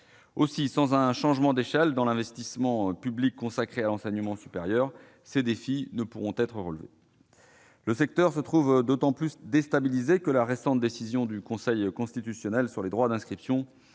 Aussi, sans un changement d'échelle dans l'investissement public consacré à l'enseignement supérieur, ces défis ne pourront être relevés. Le secteur se trouve d'autant plus déstabilisé que la récente décision du Conseil constitutionnel sur les droits d'inscription